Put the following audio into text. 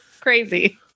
crazy